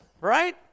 right